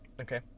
Okay